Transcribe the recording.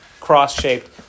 cross-shaped